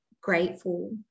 grateful